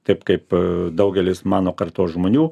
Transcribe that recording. taip kaip daugelis mano kartos žmonių